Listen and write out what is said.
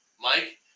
Mike